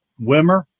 Wimmer